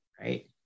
right